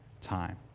time